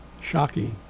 shocking